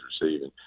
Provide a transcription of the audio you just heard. receiving